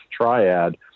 triad